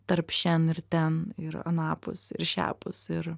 tarp šen ir ten ir anapus ir šiapus ir